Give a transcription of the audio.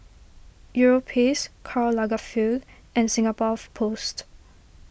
Europace Karl Lagerfeld and Singapore Post